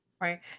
Right